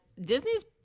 Disney's